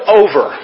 over